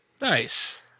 Nice